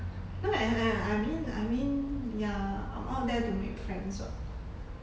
no I I mean I mean ya I'm out there to make friends [what]